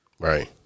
Right